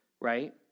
right